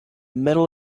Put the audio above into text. middle